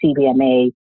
CBMA